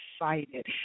excited